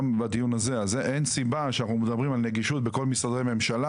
אז אין סיבה כשאנחנו מדברים על נגישות בכל משרדי הממשלה